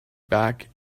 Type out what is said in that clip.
back